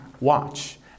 watch